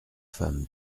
femme